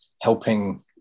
helping